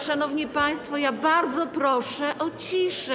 Szanowni państwo, bardzo proszę o ciszę.